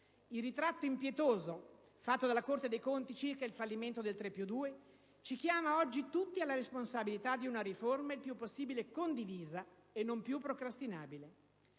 Il ritratto impietoso fatto dalla Corte dei conti circa il fallimento del 3+2 ci chiama oggi tutti alla responsabilità di una riforma il più possibile condivisa e non più procrastinabile.